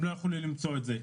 הם לא יוכלו למצוא את זה.